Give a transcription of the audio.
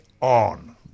on